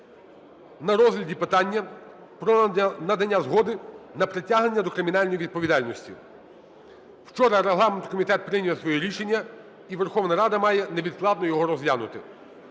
на розгляді питання про надання згоди на притягнення до кримінальної відповідальності. Вчора регламентний комітет прийняв своє рішення, і Верховна Рада має невідкладно його розглянути.